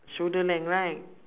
shoulder length right